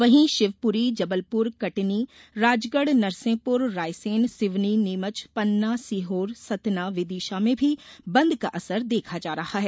वहीं मुरैना शिवपुरी जबलपुर कटनी राजगढ़ नरसिंहपुर रायसेन सिवनी नीमच पन्ना सीहोर सतना विदिशा में भी बंद का असर देखा जा रहा है